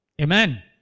Amen